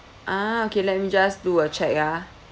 a'ah okay let me just do a check ah